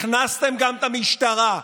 הכנסתם גם את המשטרה.